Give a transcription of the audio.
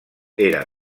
era